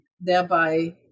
thereby